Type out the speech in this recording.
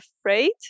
afraid